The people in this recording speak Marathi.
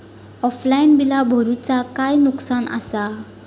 ऑफलाइन बिला भरूचा काय नुकसान आसा?